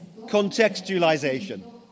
contextualisation